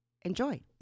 Enjoy